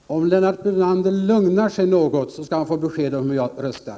Herr talman! Om Lennart Brunander lugnar sig något skall han få besked om hur jag röstar.